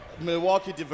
Milwaukee